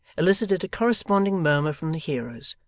elicited a corresponding murmer from the hearers,